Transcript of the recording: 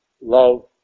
love